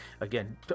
again